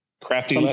Crafty